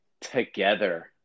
together